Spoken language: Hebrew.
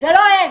זה לא הם.